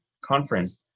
conference